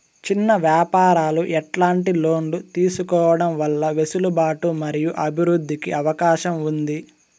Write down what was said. చిన్న వ్యాపారాలు ఎట్లాంటి లోన్లు తీసుకోవడం వల్ల వెసులుబాటు మరియు అభివృద్ధి కి అవకాశం ఉంది?